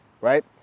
right